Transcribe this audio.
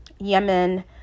Yemen